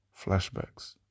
flashbacks